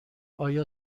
آیا